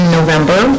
November